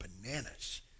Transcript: bananas